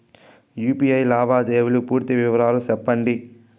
UPI లావాదేవీల పూర్తి వివరాలు సెప్పండి?